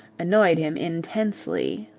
annoyed him intensely.